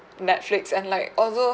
netflix and like also